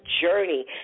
journey